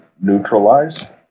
neutralize